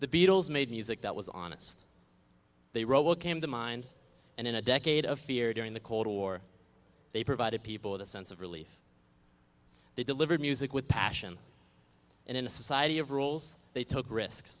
the beatles made music that was honest they wrote well came to mind and in a decade of fear during the cold war they provided people with a sense of relief they delivered music with passion and in a society of rules they took risk